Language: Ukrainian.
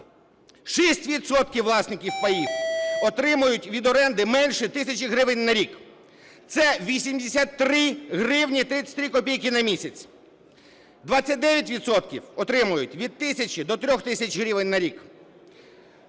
власників паїв отримують від оренди менше тисячі гривень на рік, це 83 гривні і 33 копійки на місяць. 29 відсотків отримують від 1 тисячі до 3 тисяч гривень на рік.